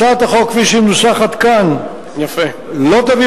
הצעת החוק כפי שהיא מנוסחת כאן לא תביא